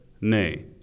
Nay